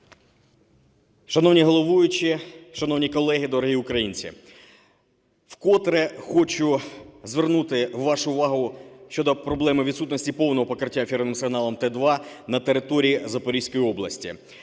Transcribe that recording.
Шановні головуючі, шановні колеги, дорогі українці! Вкотре хочу звернути вашу увагу щодо проблеми відсутності повного покриття ефірним сигналом Т2 на території Запорізької області.